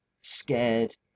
scared